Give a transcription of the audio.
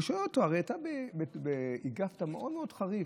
והוא שואל אותו: הרי אתה הגבת מאוד מאוד חריף,